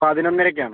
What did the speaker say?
പതിനൊന്നരയ്ക്കാണ്